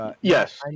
Yes